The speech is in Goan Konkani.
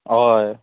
हय